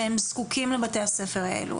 שהם זקוקים לבתי הספר האלה?